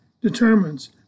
determines